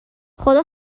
خدا